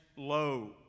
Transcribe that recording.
Low